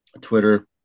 Twitter